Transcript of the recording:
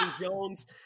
jones